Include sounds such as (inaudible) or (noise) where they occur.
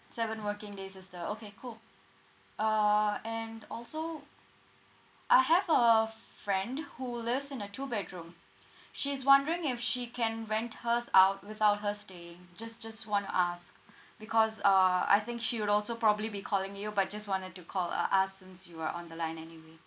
seven working days is the okay cool err and also I have a friend who lives in a two bedroom (breath) she's wondering if she can rent hers out without her staying just just want to ask (breath) because uh I think she would also probably be calling you but just wanted to call uh ask since you are on the line anyway